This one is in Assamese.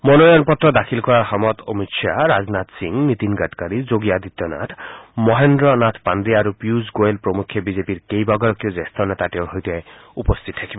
মনোনয়ন পত্ৰ দাখিল কৰাৰ সময়ত অমিত শ্বাহ ৰাজনাথ সিং নীতিন গাডকাৰী যোগী আদিত্যনাথ মহেন্দ্ৰ নাথ পাণ্ডে আৰু পীয়ুষ গোৱেল প্ৰমুখ্যে বিজেপিৰ কেইবাগৰাকীও জ্যেষ্ঠ নেতা তেওঁৰ সৈতে উপস্থিত থাকিব